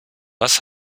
was